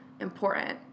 important